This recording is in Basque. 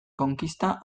konkista